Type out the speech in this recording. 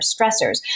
stressors